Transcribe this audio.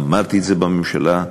אמרתי את זה בממשלה,